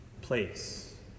place